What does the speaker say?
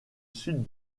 sud